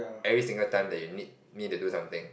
every single time that you need me to do something